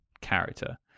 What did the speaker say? character